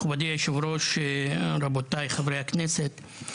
כבוד היושב ראש, רבותיי חברי הכנסת.